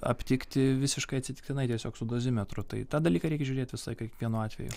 aptikti visiškai atsitiktinai tiesiog su dozimetru tai tą dalyką reik žiūrėt su kiekvienu atveju